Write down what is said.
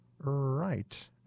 right